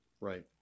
Right